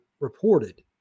reported